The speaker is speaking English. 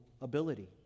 ability